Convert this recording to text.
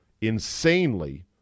insanely